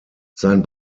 sein